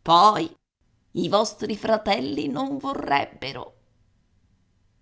poi i vostri fratelli non vorrebbero